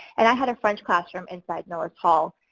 and i had a french classroom inside norris hall.